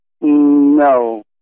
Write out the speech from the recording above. No